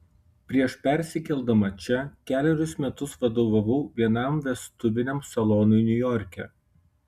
prieš persikeldama čia kelerius metus vadovavau vienam vestuviniam salonui niujorke